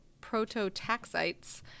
prototaxites